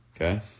okay